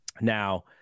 Now